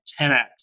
10X